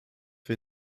wir